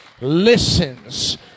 listens